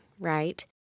right